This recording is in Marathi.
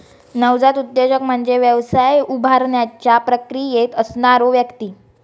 नवजात उद्योजक म्हणजे व्यवसाय उभारण्याच्या प्रक्रियेत असणारो व्यक्ती